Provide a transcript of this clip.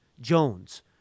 Jones